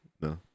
no